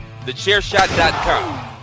TheChairShot.com